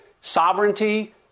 sovereignty